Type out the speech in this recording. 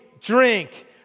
Drink